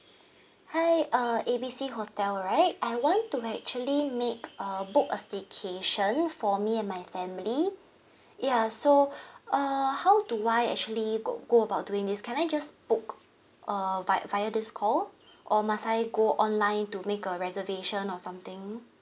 hi uh A B C hotel right I want to actually make uh book a staycation for me and my family ya so uh how do I actually go go about doing this can I just book err via via this call or must I go online to make a reservation or something